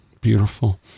Beautiful